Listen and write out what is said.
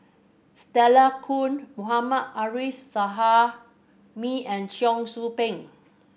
Stella Kon Mohammad Arif Suhaimi and Cheong Soo Pieng